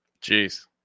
Jeez